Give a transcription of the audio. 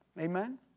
Amen